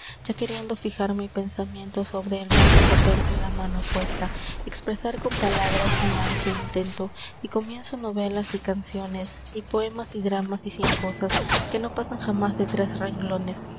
ya queriendo fijar mi pensamiento sobre el blanco papel la mano puesta expresar con palabras mi ánsia intento y comienzo novelas y canciones y poemas y dramas y cien cosas que no pasan jamás de tres renglones